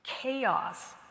chaos